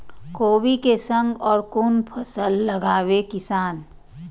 कोबी कै संग और कुन फसल लगावे किसान?